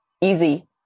Easy